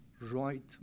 right